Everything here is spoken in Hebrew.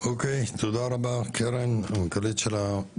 אוקיי, תודה רבה, קרן המנכ"לית של מרום גליל.